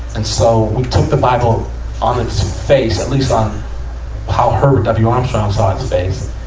and so, we took the bible on its face at least on how herbert w. armstrong saw its face.